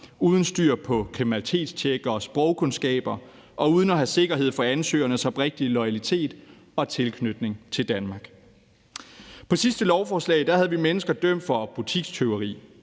uden styr på kriminalitetstjek og sprogkundskaber og uden at have sikkerhed for ansøgernes oprigtige loyalitet over for og tilknytning til Danmark. På det sidste lovforslag havde vi mennesker, der var dømt for butikstyveri,